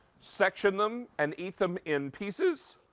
section them, and eat them in pieces.